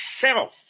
self